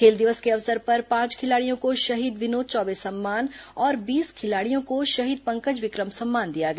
खेल दिवस के अवसर पर पांच खिलाड़ियों को शहीद विनोद चौबे सम्मान और बीस खिलाड़ियों को शहीद पंकज विक्रम सम्मान दिया गया